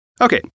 Okay